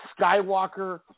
Skywalker